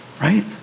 Right